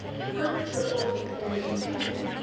the perfect circles in this painting.